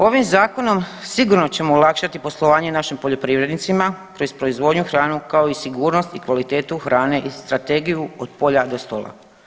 Ovim zakonom sigurno ćemo olakšati poslovanje našim poljoprivrednicima tj. proizvodnju hrane, kao i sigurnost i kvalitetu hrane i strategiju od polja do stola.